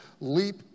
leap